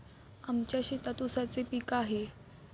आमच्या शेतात ऊसाचे पीक आहे